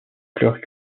fleurs